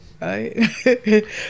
right